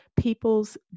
peoples